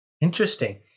Interesting